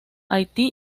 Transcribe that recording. haití